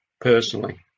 personally